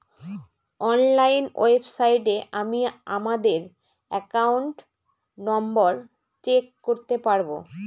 online ওয়েবসাইটে আমি আমাদের একাউন্ট নম্বর চেক করতে পারবো